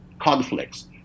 conflicts